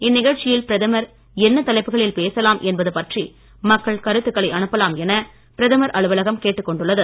இந்நிகழ்ச்சியில் பிரதமர் என்ன தலைப்புகளில் பேசலாம் என்பது பற்றி மக்கள் கருத்துக்களை அனுப்பலாம் என பிரதமர் அலுவலகம் கேட்டுக்கொண்டுள்ளது